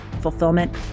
fulfillment